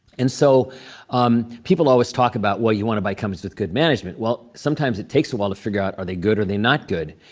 and so um people always talk about what you want to buy comes with good management. well, sometimes, it takes a while to figure out are they good, are they not good.